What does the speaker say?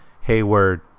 Hayward